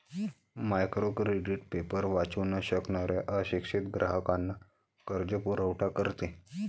micro credit paper वाचू न शकणाऱ्या अशिक्षित ग्राहकांना कर्जपुरवठा करते